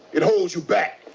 it holds you back.